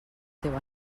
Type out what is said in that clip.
teu